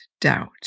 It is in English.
doubt